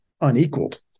unequaled